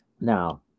Now